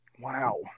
Wow